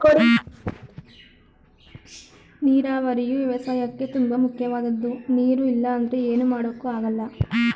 ನೀರಾವರಿಯು ವ್ಯವಸಾಯಕ್ಕೇ ತುಂಬ ಮುಖ್ಯವಾದದ್ದು ನೀರು ಇಲ್ಲ ಅಂದ್ರೆ ಏನು ಮಾಡೋಕ್ ಆಗಲ್ಲ